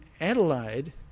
Adelaide